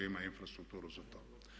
Ima infrastrukturu za to.